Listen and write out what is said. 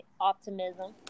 optimism